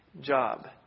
job